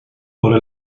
por